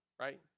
right